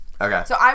Okay